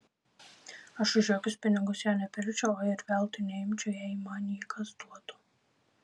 aš už jokius pinigus jo nepirkčiau o ir veltui neimčiau jei man jį kas duotų